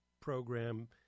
program